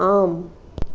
आम्